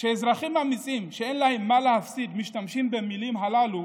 כשאזרחים אמיצים שאין להם מה להפסיד משתמשים במילים הללו,